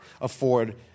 afford